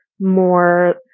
more